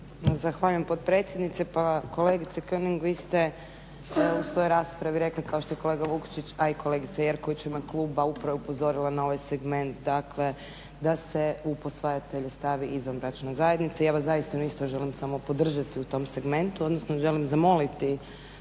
Zahvaljujem potpredsjednice. Pa kolegice König, vi ste u svojoj raspravi rekli kao što je kolega Vukšić, a i kolegica Jerković u ime kluba upravo upozorila na ovaj segment dakle da se u posvajatelje stavi izvanbračna zajednica. Ja vas zaista isto želim samo podržati u tom segmentu, odnosno želim zamoliti